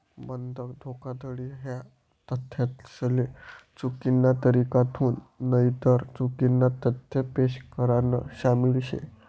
बंधक धोखाधडी म्हा तथ्यासले चुकीना तरीकाथून नईतर चुकीना तथ्य पेश करान शामिल शे